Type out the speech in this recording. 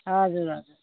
हजुर हजुर